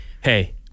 Hey